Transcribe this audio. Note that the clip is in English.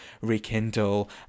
rekindle